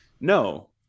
No